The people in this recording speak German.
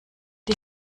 die